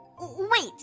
Wait